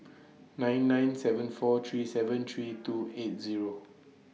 nine nine seven four three seven three two eight Zero